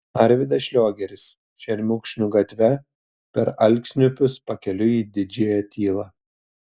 arvydas šliogeris šermukšnių gatve per alksniupius pakeliui į didžiąją tylą